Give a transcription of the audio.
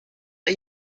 are